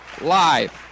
Live